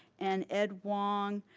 and ed wong,